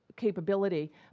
capability